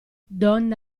donna